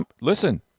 Listen